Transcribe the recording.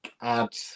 add